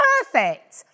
perfect